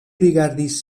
rigardis